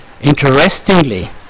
Interestingly